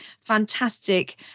fantastic